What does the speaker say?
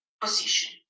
position